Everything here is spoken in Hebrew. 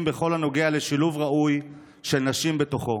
בכל הנוגע לשילוב ראוי של נשים בתוכו,